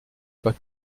pas